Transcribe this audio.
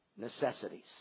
Necessities